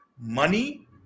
money